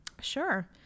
Sure